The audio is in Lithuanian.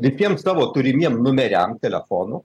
visiem savo turimiem numeriam telefonų